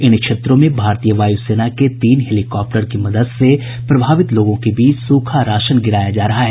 इन क्षेत्रों में भारतीय वायु सेना के तीन हेलीकॉप्टर के मदद से प्रभावित लोगों के बीच सूखा राशन गिराया जा रहा है